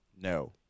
No